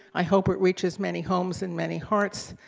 i hope it reaches many homes and many hearts.